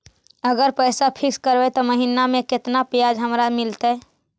अगर पैसा फिक्स करबै त महिना मे केतना ब्याज हमरा मिलतै?